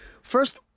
first